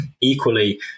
equally